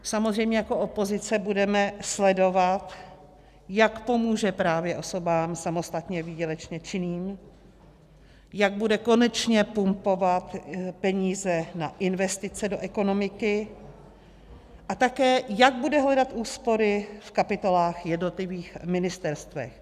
Samozřejmě jako opozice budeme sledovat, jak pomůže právě osobám samostatně výdělečně činným, jak bude konečně pumpovat peníze na investice do ekonomiky, a také, jak bude hledat úspory v kapitolách jednotlivých ministerstev.